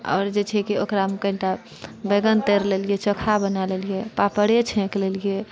आओर जे छै कि ओकरामे कनिटा बैगन तरि लेलिऐ चोखा बनाए लेलिऐ पापड़े छैक लेलिऐ